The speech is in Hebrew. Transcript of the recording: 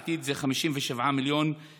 מה שנשאר להם לבצע בעתיד זה 57 מיליון שקלים.